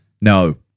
No